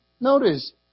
Notice